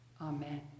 Amen